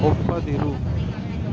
ಒಪ್ಪದಿರು